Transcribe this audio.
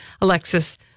Alexis